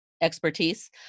expertise